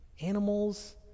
Animals